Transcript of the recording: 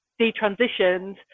detransitioned